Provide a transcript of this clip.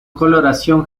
coloración